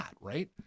right